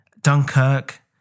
Dunkirk